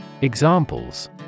Examples